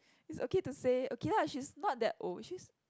it's okay to say okay lah she's not that old she's